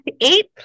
eight